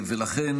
ולכן,